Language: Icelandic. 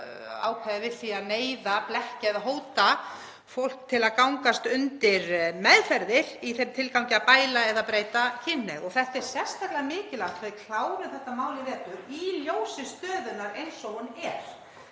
ákvæði við því að neyða, blekkja eða hóta fólki til að gangast undir meðferðir í þeim tilgangi að bæla eða breyta kynhneigð. Það er sérstaklega mikilvægt að við klárum þetta mál í vetur í ljósi stöðunnar eins og hún er.